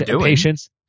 patience